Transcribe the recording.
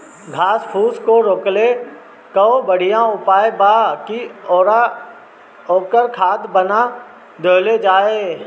घास फूस के रोकले कअ बढ़िया उपाय बा कि ओकर खाद बना देहल जाओ